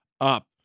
up